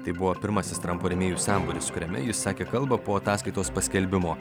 tai buvo pirmasis trampo rėmėjų sambūris kuriame jis sakė kalbą po ataskaitos paskelbimo